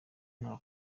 nta